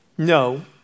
No